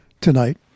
tonight